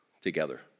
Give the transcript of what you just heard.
together